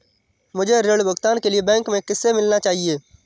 मुझे ऋण भुगतान के लिए बैंक में किससे मिलना चाहिए?